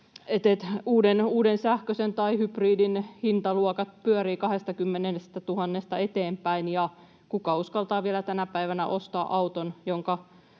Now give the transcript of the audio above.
Uuden sähköisen tai hybridin hintaluokat pyörivät 20 000:sta eteenpäin. Ja kuka uskaltaa vielä tänä päivänä ostaa auton,